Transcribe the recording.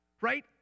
right